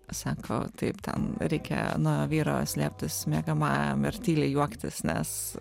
sako taip ten reikia nuo vyro slėptis miegamajam ir tyliai juoktis nes